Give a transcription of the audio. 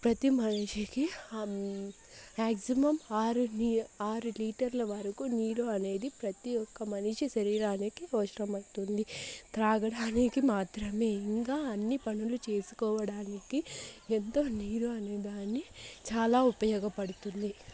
ప్రతి మనిషికి మ్యాక్సిమమ్ ఆరు నీ ఆరు లీటర్ల వరకు నీరు అనేది ప్రతి ఒక్క మనిషి శరీరానికి అవసరమవుతుంది తాగడానికి మాత్రమే ఇంకా అన్ని పనులు చేసుకోవడానికి ఎంతో నీరు అనేదాన్ని చాలా ఉపయోగపడుతుంది